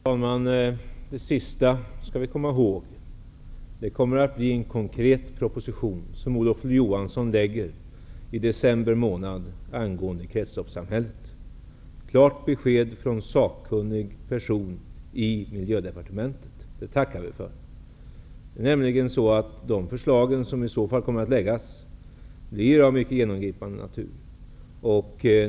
Herr talman! Det sista Lennart Daléus sade skall vi komma ihåg. Olof Johansson kommer alltså i december att lägga fram en konkret och bra proposition om kretsloppssamhället. Det är ett klart besked från en sakkunnig person i miljödepartementet. Det tackar vi för. De förslag som kommer att läggas fram, kommer i så fall att vara av mycket genomgripande natur.